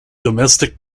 domestic